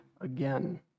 again